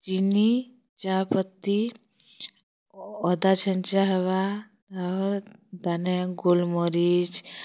ଚିନି ଚା ପତି ଅଦା ଛେଞ୍ଚା ହେବା ଅର୍ ତାନେ ଗୋଲ୍ ମରିଚ୍